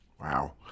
Wow